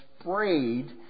sprayed